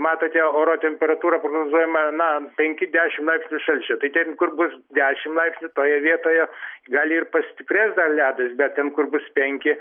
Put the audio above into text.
matote oro temperatūra prognozuojama na penki dešimt laipsnių šalčio tai ten kur bus dešim laipsnių toje vietoje gal ir pastiprės dar ledas bet ten kur bus penki